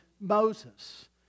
Moses